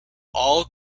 all